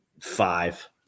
five